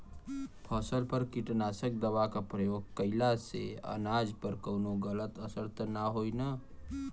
फसल पर कीटनाशक दवा क प्रयोग कइला से अनाज पर कवनो गलत असर त ना होई न?